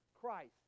Christ